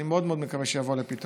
אני מאוד מאוד מקווה שהוא יבוא לפתרון.